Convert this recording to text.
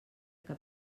que